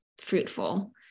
fruitful